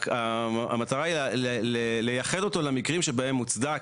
המטרה היא לייחד אותו למקרים שבהם מוצדק